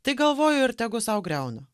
tai galvoju ir tegu sau griauna